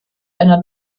einer